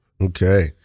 okay